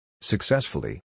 Successfully